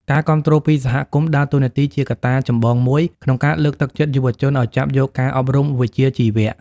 ការគាំទ្រពីសហគមន៍ ដើរតួនាទីជាកត្តាចម្បងមួយក្នុងការលើកទឹកចិត្តយុវជនឱ្យចាប់យកការអប់រំវិជ្ជាជីវៈ។